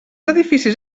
edificis